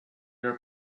are